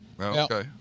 okay